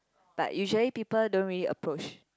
but usually people don't really approach